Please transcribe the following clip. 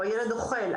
או הילד אוכל,